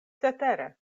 cetere